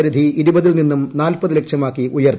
പരിധി ഇരുപതിൽ നിന്നും നാൽപ്പത് ലക്ഷമാക്കി ഉയർത്തി